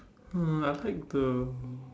uh I like the